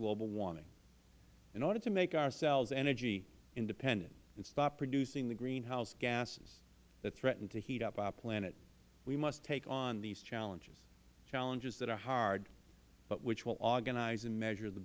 global warming in order to make ourselves energy independent and stop producing the greenhouse gases that threaten to heat up our planet we must take on these challenges challenges that are hard but which will organize and measure the